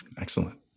Excellent